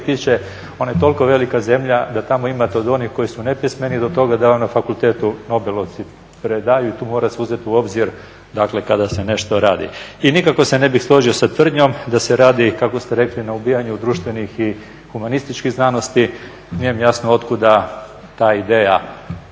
tiče ona je toliko velika zemlja da tamo imate od onih koji su nepismeni do toga da na fakultetu nobelovci predaju. I tu mora se uzeti u obzir, dakle kada se nešto radi. I nikako se ne bih složio sa tvrdnjom da se radi kako ste rekli na ubijanju društvenih i humanističkih znanosti, nije mi jasno od kuda ta ideja.